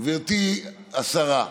גברתי השרה,